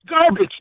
Garbage